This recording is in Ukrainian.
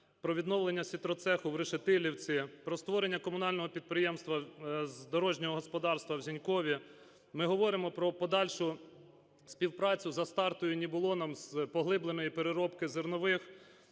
про відновлення сітроцеху в Решетилівці, про створення комунального підприємства з дорожнього господарства в Зінькові. Ми говоримо про подальшу співпрацю з "Астартою" і "Нібулоном" з поглибленої переробки зернових,